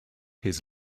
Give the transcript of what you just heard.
his